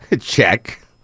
check